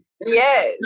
Yes